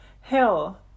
Hell